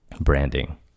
branding